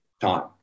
time